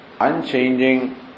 unchanging